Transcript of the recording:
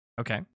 Okay